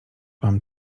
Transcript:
mam